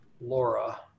Laura